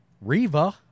Reva